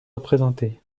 représentées